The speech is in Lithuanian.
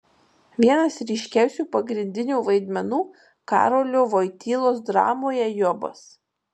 vienas ryškiausių pagrindinių vaidmenų karolio voitylos dramoje jobas